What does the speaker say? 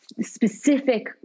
specific